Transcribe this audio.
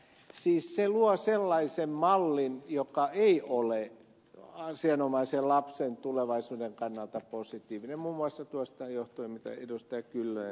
siis se luo sellaisen mallin joka ei ole asianomaisen lapsen tulevaisuuden kannalta positiivinen muun muassa tuosta johtuen mitä ed